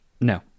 no